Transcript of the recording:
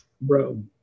bro